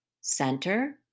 center